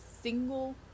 single